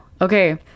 Okay